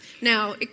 Now